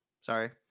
sorry